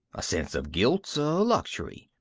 a sense of guilt's a luxury.